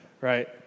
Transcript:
right